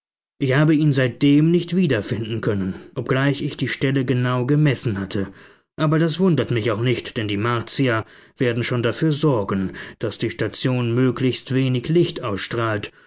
ich habe ihn seitdem nicht wieder finden können obgleich ich die stelle genau gemessen hatte aber das wundert mich auch nicht denn die martier werden schon dafür sorgen daß die station möglichst wenig licht ausstrahlt